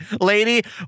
lady